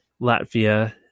latvia